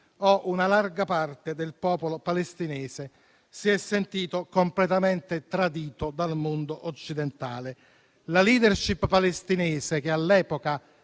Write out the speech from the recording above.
o una larga parte del popolo palestinese si sono sentiti completamente traditi dal mondo occidentale. La *leadership* palestinese che all'epoca